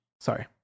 Sorry